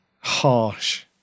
harsh